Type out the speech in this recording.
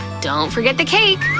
don't forget the cake!